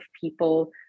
people